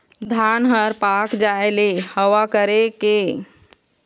धान हर पाक जाय ले हवा करके पानी गिरे ले त फसल ला कतका नुकसान होही?